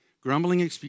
grumbling